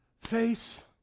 Face